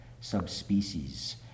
subspecies